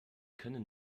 können